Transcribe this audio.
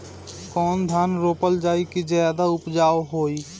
कौन धान रोपल जाई कि ज्यादा उपजाव होई?